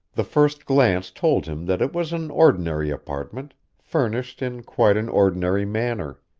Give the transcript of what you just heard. the first glance told him that it was an ordinary apartment furnished in quite an ordinary manner.